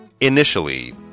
Initially